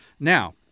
Now